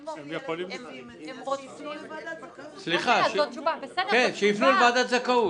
אם הורים של ילד חושבים את זה אז שיפנו לוועדת זכאות.